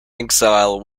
exile